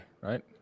right